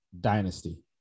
dynasty